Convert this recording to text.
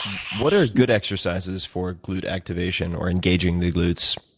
what are good exercises for glute activation or engaging new glutes?